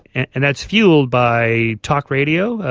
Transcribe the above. and that's fuelled by talk radio.